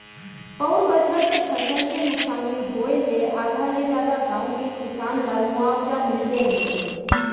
पउर बछर तो फसल के नुकसानी होय ले आधा ले जादा गाँव के किसान ल मुवावजा मिलबे नइ करिस